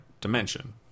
dimension